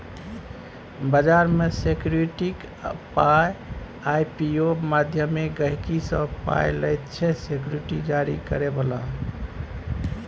बजार मे सिक्युरिटीक पाइ आइ.पी.ओ माध्यमे गहिंकी सँ पाइ लैत छै सिक्युरिटी जारी करय बला